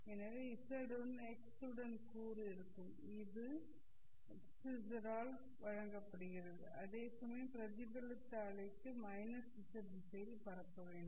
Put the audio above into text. எனவே z மற்றும் x உடன் கூறு இருக்கும் இது ஆல் வழங்கப்படுகிறது அதேசமயம் பிரதிபலித்த அலைக்கு அது z திசையில் பரப்ப வேண்டும்